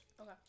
Okay